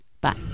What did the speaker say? Bye